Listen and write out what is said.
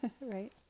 right